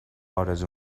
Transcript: آرزو